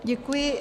Děkuji.